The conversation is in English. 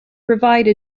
provide